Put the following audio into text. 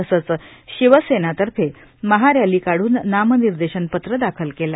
तसब्र शिवसेना तर्फे महारॅली काढून नामनिर्देशन पत्र दाखल केले